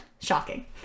shocking